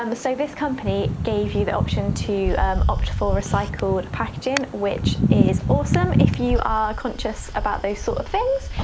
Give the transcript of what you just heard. um so this company gave you the option to um opt for recycle packaging, which awesome if you are conscious about those sort of things.